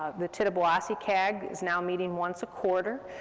the tittabawassee cag is now meeting once a quarter,